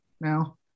now